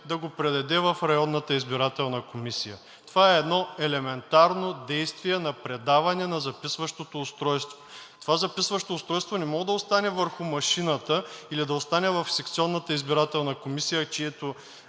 да го предаде в районната избирателна комисия. Това е елементарно действие на предаване на записващото устройство. Това записващо устройство не може да остане върху машината или да остане в секционната избирателна комисия, чието